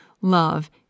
love